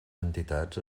entitats